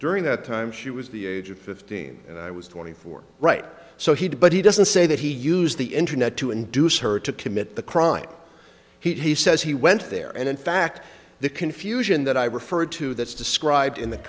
that time she was the age of fifteen and i was twenty four right so he did but he doesn't say that he used the internet to induce her to commit the crime he says he went there and in fact the confusion that i referred to that's described in